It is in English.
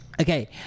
Okay